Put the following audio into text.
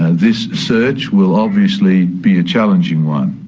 ah this search will obviously be a challenging one.